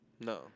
No